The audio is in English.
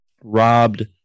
robbed